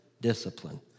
discipline